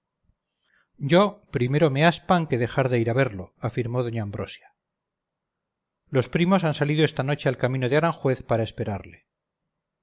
yo primero me aspan que dejar de ir a verlo afirmó doña ambrosia los primos han salido esta noche al camino de aranjuez para esperarle